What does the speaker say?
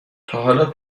تاحالا